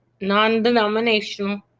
non-denominational